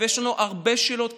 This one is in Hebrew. אבל יש לנו הרבה שאלות קשות,